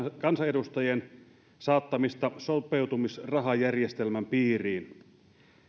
kansanedustajien saattamista sopeutumisrahajärjestelmän piiriin